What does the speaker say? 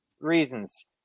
reasons